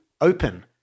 open